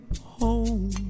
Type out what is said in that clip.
home